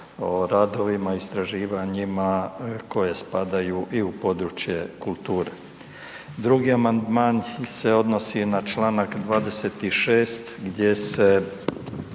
o radovima i istraživanjima koje spadaju i u područje kulture. Drugi amandman se odnosi na Članak 26. gdje se